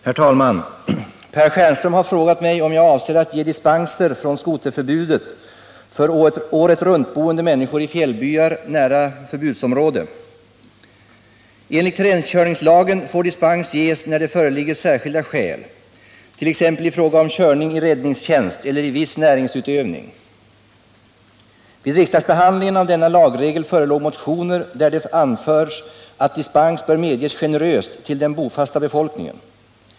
Herr talman! Per Stjernström har frågat mig om jag avser att ge dispenser från skoterförbudet för åretruntboende människor i fjällbyar nära förbudsområde. Enligt terrängkörningslagen får dispens ges när det föreligger särskilda skäl, t.ex. i fråga om körning i räddningstjänst eller i viss näringsutövning. Vid riksdagsbehandlingen av denna lagregel förelåg motioner där det anförs att dispens bör medges generöst till den bofasta befolkningen.